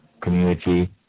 community